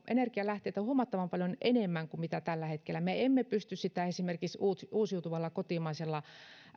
energianlähteitä huomattavan paljon enemmän kuin mitä tällä hetkellä me emme pysty sitä esimerkiksi uusiutuvalla kotimaisella